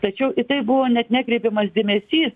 tačiau tai buvo net nekreipiamas dėmesys